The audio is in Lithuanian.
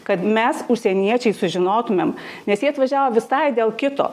kad mes užsieniečiai sužinotumėm nes jie atvažiavo visai dėl kito